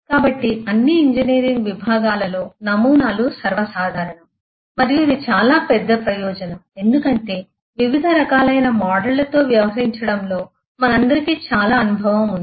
కాబట్టి అన్ని ఇంజనీరింగ్ విభాగాలలో నమూనాలు సర్వసాధారణం మరియు ఇది చాలా పెద్ద ప్రయోజనం ఎందుకంటే వివిధ రకాలైన మోడళ్లతో వ్యవహరించడంలో మనందరికీ చాలా అనుభవం ఉంది